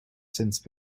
since